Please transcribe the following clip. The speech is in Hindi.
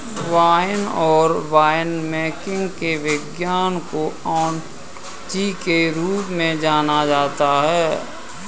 वाइन और वाइनमेकिंग के विज्ञान को ओनोलॉजी के रूप में जाना जाता है